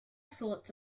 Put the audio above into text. sorts